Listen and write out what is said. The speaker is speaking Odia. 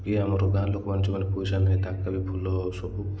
କି ଆମର ଗାଁ ଲୋକମାନେ ଯେଉଁମାନେ ପଇସା ନାହିଁ ତାଙ୍କେ ବି ଭଲ ସବୁ